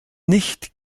nicht